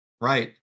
Right